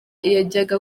yajyaga